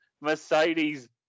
Mercedes